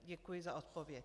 Děkuji za odpověď.